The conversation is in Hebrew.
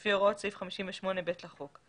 לפי הוראות סעיף 58(ב) לחוק,